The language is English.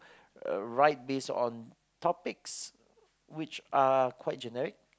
uh write based on topics which are quite generic